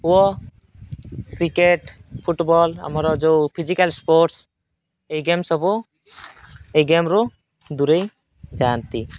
ଓ cricket football ଆମର ଯେଉଁ physical sports ଏଇ ଗେମ୍ ସବୁ ଏଇ ଗେମ୍ରୁ ଦୂରେଇ ଯାଆନ୍ତି